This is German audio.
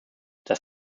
das